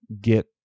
get